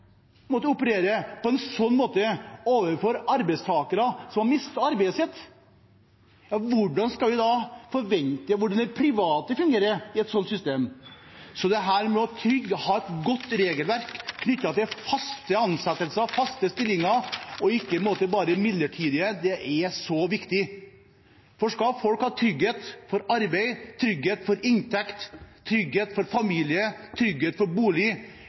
på en slik måte overfor arbeidstakere som har mistet arbeidet sitt, hvordan kan vi da forvente at det fungerer i det private i et slikt system? Å ha et godt regelverk knyttet til faste ansettelser og faste stillinger og ikke bare midlertidighet er så viktig. Skal folk ha trygghet for arbeid, inntekt, familie og bolig, må vi ha et arbeidsliv som sørger for